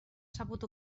sabut